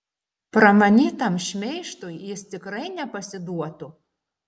pramanytam šmeižtui jis tikrai nepasiduotų